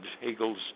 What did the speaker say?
Hegel's